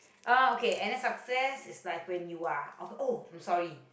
uh okay and then success is like when you are ok~ oh I'm sorry